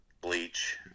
bleach